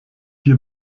ihr